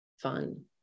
fun